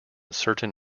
certain